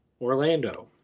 Orlando